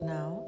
Now